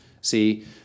See